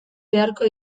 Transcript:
beharko